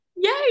Yay